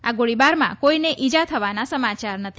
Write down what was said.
આ ગોળીબારમાં કોઇને ઇજા થવાના સમાચાર નથી